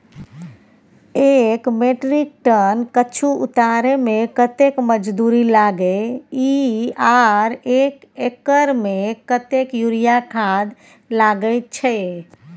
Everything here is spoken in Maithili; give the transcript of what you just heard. एक मेट्रिक टन कद्दू उतारे में कतेक मजदूरी लागे इ आर एक एकर में कतेक यूरिया खाद लागे छै?